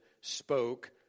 spoke